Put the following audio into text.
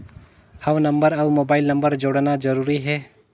हव नंबर अउ mobile number जोड़ना जरूरी हे?